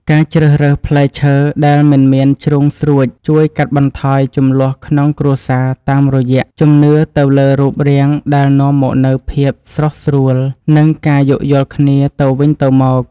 ការជ្រើសរើសផ្លែឈើដែលមិនមានជ្រុងស្រួចជួយកាត់បន្ថយជម្លោះក្នុងគ្រួសារតាមរយៈជំនឿទៅលើរូបរាងដែលនាំមកនូវភាពស្រុះស្រួល និង ការយោគយល់គ្នាទៅវិញទៅមក។